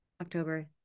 October